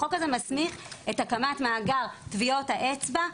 החוק הזה מסמיך את הקמת מאגר טביעות האצבע,